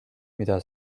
mida